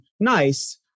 nice